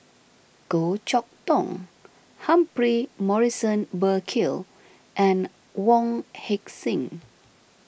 Goh Chok Tong Humphrey Morrison Burkill and Wong Heck Sing